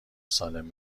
سالم